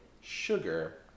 sugar